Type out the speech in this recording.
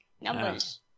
Numbers